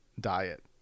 diet